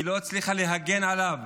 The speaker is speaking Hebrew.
היא לא הצליחה להגן עליו,